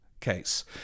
case